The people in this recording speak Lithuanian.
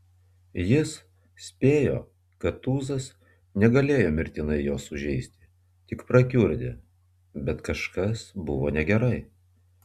jis spėjo kad tūzas negalėjo mirtinai jo sužeisti tik prakiurdė bet kažkas buvo negerai